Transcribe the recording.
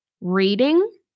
reading